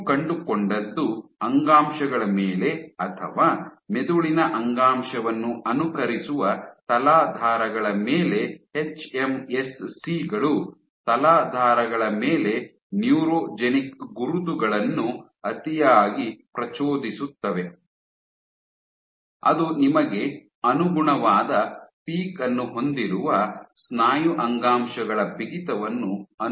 ನೀವು ಕಂಡುಕೊಂಡದ್ದು ಅಂಗಾಂಶಗಳ ಮೇಲೆ ಅಥವಾ ಮೆದುಳಿನ ಅಂಗಾಂಶವನ್ನು ಅನುಕರಿಸುವ ತಲಾಧಾರಗಳ ಮೇಲೆ ಎಚ್ಎಂಎಸ್ಸಿ ಗಳು ತಲಾಧಾರಗಳ ಮೇಲೆ ನ್ಯೂರೋಜೆನಿಕ್ ಗುರುತುಗಳನ್ನು ಅತಿಯಾಗಿ ಪ್ರಚೋದಿಸುತ್ತವೆ ಅದು ನಿಮಗೆ ಅನುಗುಣವಾದ ಪೀಕ್ ಅನ್ನು ಹೊಂದಿರುವ ಸ್ನಾಯು ಅಂಗಾಂಶಗಳ ಬಿಗಿತವನ್ನು ಅನುಕರಿಸುತ್ತದೆ